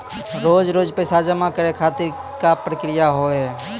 रोज रोज पैसा जमा करे खातिर का प्रक्रिया होव हेय?